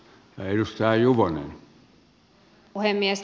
arvoisa herra puhemies